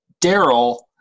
Daryl